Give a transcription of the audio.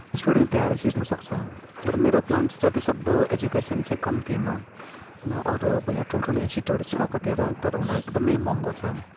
student त्यहाँ आएर सिक्न सक्छ अरू मेरो प्लान जतिसक्दो एजुकेसन चाहिँ कम्तीमा ना अरू अब यहाँ ठुलठुलो इन्स्टिट्युटहरू छ कतिवटा तर उनीहरू एकदमै महँगो छ